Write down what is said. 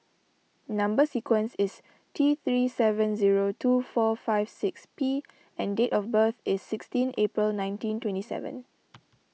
Number Sequence is T three seven zero two four five six P and date of birth is sixteen April nineteen twenty seven